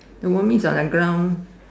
the wormiest on the ground